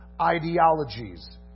ideologies